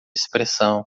expressão